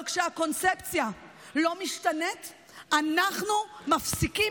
אבל כשהקונספציה לא משתנה אנחנו מפסיקים